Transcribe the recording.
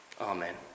Amen